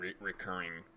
recurring